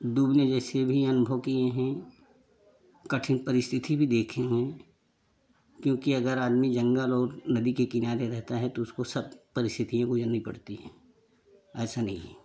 डूबने जैसे भी अनुभव किए है कठिन परिस्थिति भी देखें हैं क्योंकि अगर आदमी जंगल और नदी के किनारे रहता है तो उसको सब परिस्थिति में गुजरनी पड़ती है ऐसा नहीं है